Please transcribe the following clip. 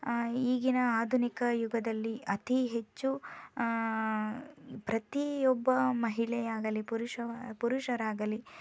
ಈಗಿನ ಆಧುನಿಕ ಯುಗದಲ್ಲಿ ಅತಿ ಹೆಚ್ಚು ಪ್ರತಿಯೊಬ್ಬ ಮಹಿಳೆಯಾಗಲಿ ಪುರುಷವ ಪುರುಷರಾಗಲಿ